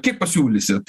kiek pasiūlysit